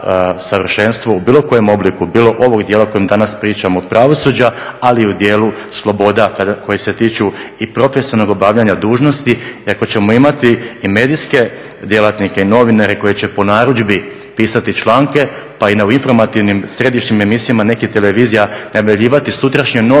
u bilo kojem obliku bilo ovog dijela kojem danas pričamo pravosuđa, ali i u dijelu sloboda koje se tiču i profesionalnog obavljanja dužnosti. I ako ćemo imati i medijske djelatnike i novinare koji će po narudžbi pisati članke, pa i u informativnim središnjim emisijama nekih televizija najavljivati sutrašnje novine